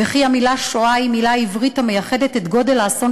וכי המילה שואה היא מילה עברית המיוחדת לגודל האסון